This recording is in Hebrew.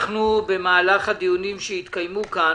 במהלך הדיונים שהתקיימו כאן,